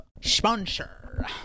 sponsor